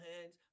hands